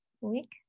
week